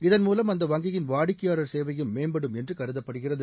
இதன்மூலம் அந்த வங்கியின் வாடிக்கை சேவையும் மேம்படும் என்று கருதப்படுகிறது